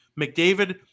McDavid